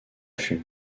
fût